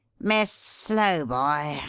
miss slowboy,